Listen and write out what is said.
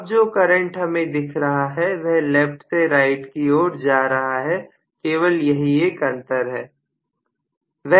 अब जो करंट हमें दिख रहा है वह लेफ्ट से राइट की ओर जा रहा है केवल यही एक अंतर है